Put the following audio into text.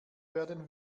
werden